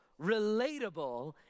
relatable